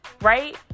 right